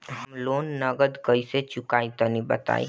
हम लोन नगद कइसे चूकाई तनि बताईं?